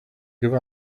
give